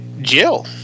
Jill